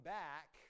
back